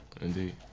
indeed